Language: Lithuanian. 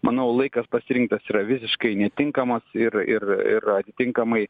manau laikas pasirinktas yra visiškai netinkamas ir ir ir atitinkamai